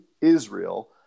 Israel